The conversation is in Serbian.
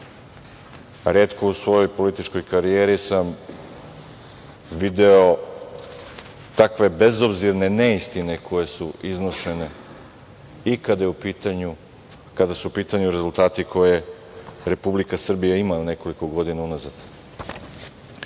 Retko u svojoj političkoj karijeri sam video takve bezobzirne neistine koje su iznošene i kada su u pitanju rezultati koje Republika Srbija ima nekoliko godina